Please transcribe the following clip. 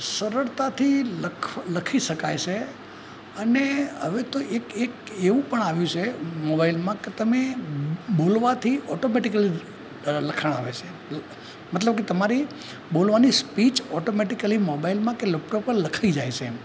સરળતાથી લખ લખી શકાય છે અને હવે તો એક એક એવું પણ આવ્યું છે મોબાઈલમાં કે તમે બોલવાથી ઑટોમેટિકલી લખાણ આવે છે મતલબ કે તમારી બોલવાની સ્પીચ ઑટોમેટિકલી મોબાઈલમાં કે લૅપટૉપ પર લખાઈ જાય છે એમ